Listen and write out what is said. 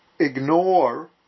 Ignore